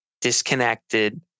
disconnected